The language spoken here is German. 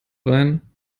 rein